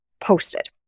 posted